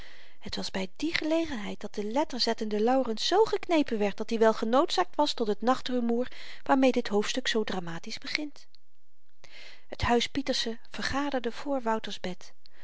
het was by die gelegenheid dat de letterzettende laurens zoo geknepen werd dat-i wel genoodzaakt was tot het nachtrumoer waarmeê dit hoofdstuk zoo dramatisch begint het huis pieterse vergaderde voor wouter's